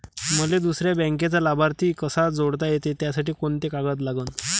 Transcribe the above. मले दुसऱ्या बँकेचा लाभार्थी कसा जोडता येते, त्यासाठी कोंते कागद लागन?